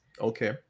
Okay